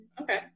Okay